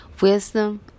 wisdom